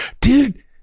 Dude